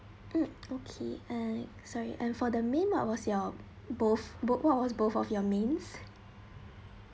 mm okay and sorry and for the main was your both what was both of your mains